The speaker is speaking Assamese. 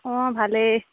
অঁ ভালেই